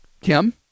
Kim